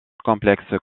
complexe